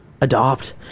Adopt